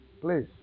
please